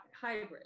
hybrid